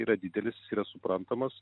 yra didelis jis yra suprantamas